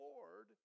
Lord